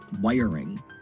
wiring